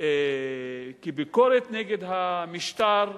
כביקורת נגד המשטר,